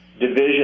division